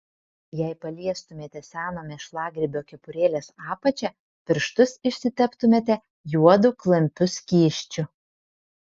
jei paliestumėte seno mėšlagrybio kepurėlės apačią pirštus išsiteptumėte juodu klampiu skysčiu